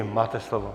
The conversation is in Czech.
Máte slovo.